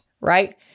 right